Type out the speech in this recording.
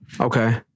Okay